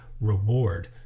reward